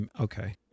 okay